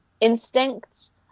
instincts